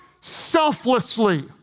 selflessly